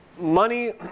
money